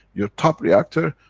your top reactor,